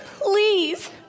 Please